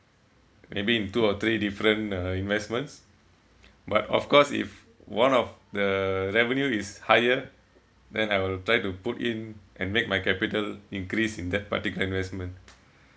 maybe in two or three different uh investments but of course if one of the revenue is higher then I will try to put in and make my capital increase in that particular investment